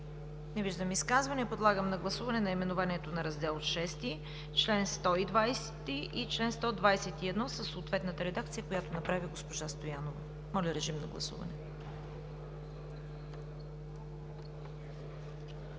Не виждам изказвания. Подлагам на гласуване наименованието на раздел VI, чл. 120 и чл. 121 със съответната редакция, която направи госпожа Стоянова. Гласували